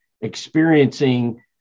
experiencing